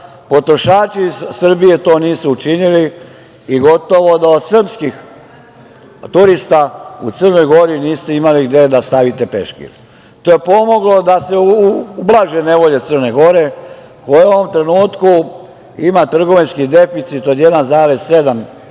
potrošači iz Srbije to nisu učinili i gotovo da od srpskih turista u Crnoj Gori niste imali gde da stavite peškir. To je pomoglo da se ublaže nevolje Crne Gore, koja u ovom trenutku ima trgovinski deficit od 1,7